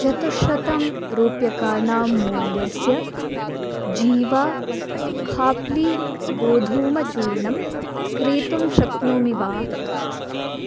चतुश्शतं रूप्यकाणां मूल्यस्य जीवा खाप्ली गोधूमचूर्णं क्रेतुं शक्नोमि वा